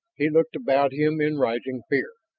he looked about him in rising fear.